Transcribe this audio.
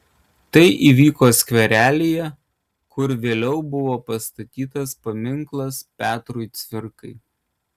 tai įvyko skverelyje kur vėliau buvo pastatytas paminklas petrui cvirkai